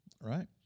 Right